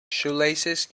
shoelaces